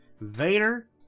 Vader